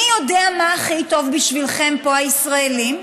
אני יודע מה הכי טוב בשבילכם פה, הישראלים,